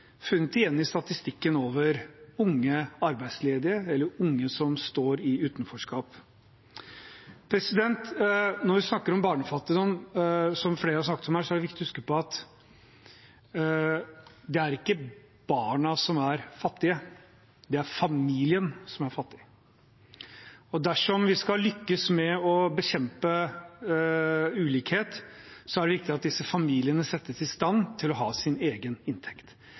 funnet igjen i statistikken over unge arbeidsledige eller unge som står i utenforskap. Når vi snakker om barnefattigdom, som flere har snakket om her, er det viktig å huske på at det ikke er barna som er fattige, det er familien som er fattig, og dersom vi skal lykkes med å bekjempe ulikhet, er det viktig at disse familiene settes i stand til å ha sin egen inntekt.